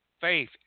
faith